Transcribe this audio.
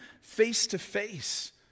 face-to-face